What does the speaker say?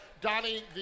Donnie